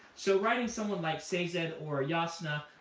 so writing someone like sazed, and or jasnah,